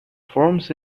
forms